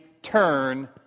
turn